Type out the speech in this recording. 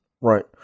right